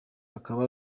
akaba